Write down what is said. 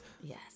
Yes